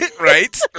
Right